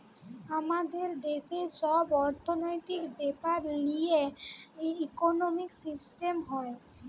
আমাদের দেশের সব অর্থনৈতিক বেপার লিয়ে ইকোনোমিক সিস্টেম হয়